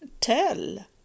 tell